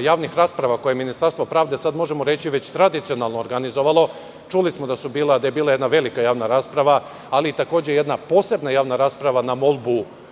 javnih rasprava koje Ministarstvo pravde, sada možemo reći već tradicionalno organizovalo, čuli smo da je bila jedna velika javna rasprava, ali takođe jedna posebna javna rasprava na molbu